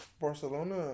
Barcelona